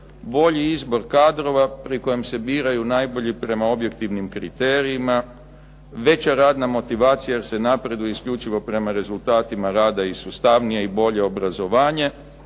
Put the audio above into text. Bolji izbor kadrova pri kojem se biraju najbolji prema objektivnim kriterijima, veća radna motivacija jer se napreduje isključivo prema rezultatima rada i sustavnije i bolje obrazovanje